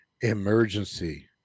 Emergency